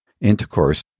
intercourse